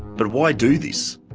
but why do this?